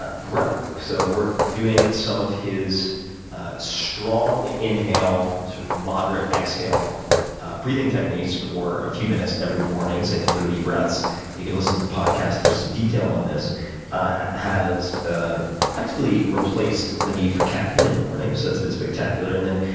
but breath works. so we're doing some of his strong inhale, sort of moderate exhale breathing techniques for a few minutes every morning. say, thirty breaths and you can listen to the podcast for some detail on this has ah effectively replaced the need for caffeine in the morning, so that's been spectacular. and then,